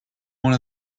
one